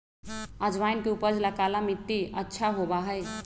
अजवाइन के उपज ला काला मट्टी अच्छा होबा हई